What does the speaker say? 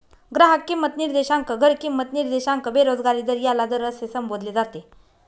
ग्राहक किंमत निर्देशांक, घर किंमत निर्देशांक, बेरोजगारी दर याला दर असे संबोधले जाते